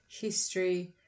history